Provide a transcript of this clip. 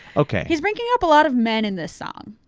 okay. he's bringing up a lot of men in this song.